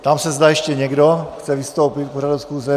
Ptám se, zda ještě někdo chce vystoupit k pořadu schůze.